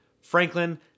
Franklin